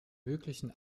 möglichen